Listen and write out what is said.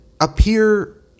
appear